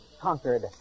conquered